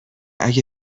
اگه